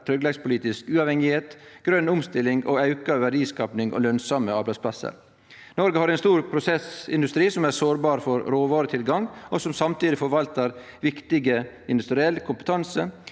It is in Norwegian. tryggleikspolitisk uavhengigheit, grøn omstilling, auka verdiskaping og lønsame arbeidsplassar. Noreg har ein stor prosessindustri, som er sårbar for råvaretilgang, og forvaltar samtidig viktig industriell kompetanse